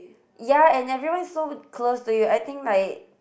ya and everyone is so close to you I think like